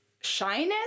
shyness